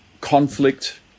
conflict